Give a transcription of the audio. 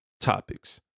topics